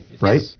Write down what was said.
right